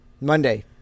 Monday